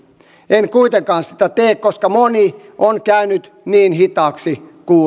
en kuitenkaan sitä tee koska moni on käynyt niin hitaaksi kuulemaan